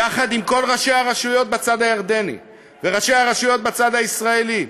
יחד עם כל ראשי הרשויות בצד הירדני וראשי הרשויות בצד הישראלי,